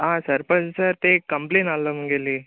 आं सरपंच सर तें एक कंप्लेन आल्हो मुगेली